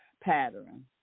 pattern